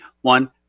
one